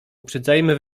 uprzedzajmy